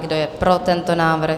Kdo je pro tento návrh?